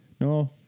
no